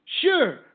Sure